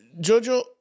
Jojo